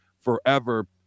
forever